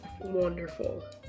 Wonderful